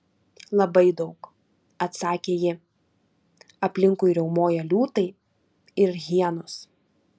labai daug atsakė ji aplinkui riaumojo liūtai ir hienos